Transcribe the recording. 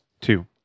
Two